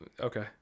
Okay